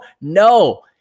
No